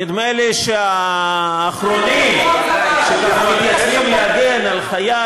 נדמה לי שהאחרונים שמתייצבים כאן להגן על חייל